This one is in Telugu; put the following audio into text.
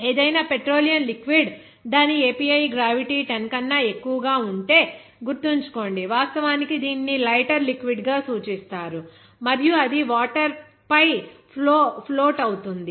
ఏదైనా పెట్రోలియం లిక్విడ్ దాని API గ్రావిటీ 10 కన్నా ఎక్కువ ఉంటే గుర్తుంచుకోండి వాస్తవానికి దీనిని లైటర్ లిక్విడ్ గా సూచిస్తారు మరియు అది వాటర్ పై ఫ్లోట్ అవుతుంది